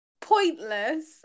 pointless